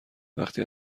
وقتی